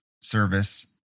service